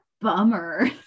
bummer